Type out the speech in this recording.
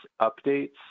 updates